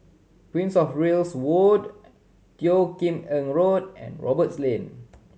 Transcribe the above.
Prince Of Wales Wood Teo Kim Eng Road and Roberts Lane